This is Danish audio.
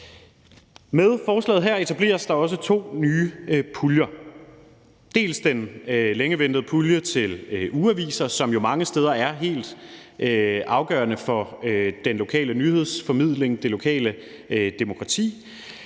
Med forslaget her etableres der også to nye puljer: dels den længe ventede pulje til ugeaviser, som jo mange steder er helt afgørende for den lokale nyhedsformidling, det lokale demokrati